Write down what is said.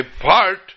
apart